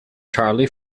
charlie